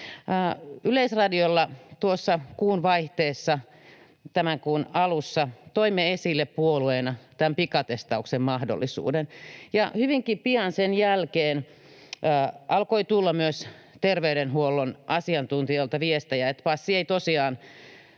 Yleisradiolla tuossa kuunvaihteessa tämän kuun alussa toimme esille puolueena tämän pikatestauksen mahdollisuuden, ja hyvinkin pian sen jälkeen alkoi tulla myös terveydenhuollon asiantuntijoilta viestejä, että passi ei tosiaan